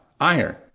iron